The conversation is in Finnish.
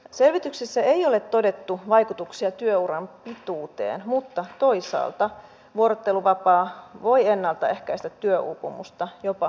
selvityksessä ei ole todettu vaikutuksia työuran pituuteen mutta toisaalta vuorotteluvapaa voi ennalta ehkäistä työuupumusta jopa burnoutia